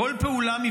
בכל פעולה,